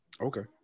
Okay